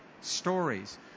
stories